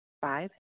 Five